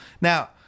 now